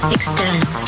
external